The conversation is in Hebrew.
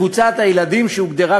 חבר הכנסת אראל מרגלית.